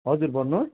हजुर भन्नुहोस्